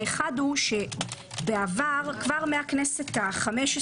האחד, שכבר מהכנסת ה-15